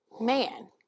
man